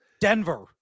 Denver